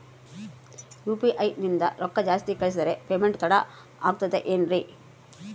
UPI ನಿಂದ ರೊಕ್ಕ ಜಾಸ್ತಿ ಕಳಿಸಿದರೆ ಪೇಮೆಂಟ್ ತಡ ಆಗುತ್ತದೆ ಎನ್ರಿ?